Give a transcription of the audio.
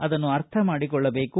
ಅದನ್ನು ಅರ್ಥ ಮಾಡಿಕೊಳ್ಳದೇಕು